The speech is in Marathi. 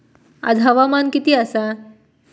आज हवामान किती आसा?